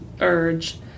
urge